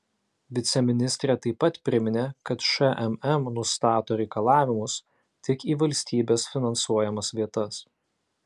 viceministrė taip pat priminė kad šmm nustato reikalavimus tik į valstybės finansuojamas vietas